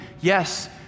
yes